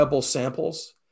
samples